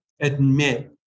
admit